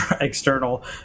external